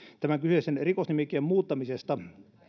tämän kyseisen rikosnimikkeen muuttamisesta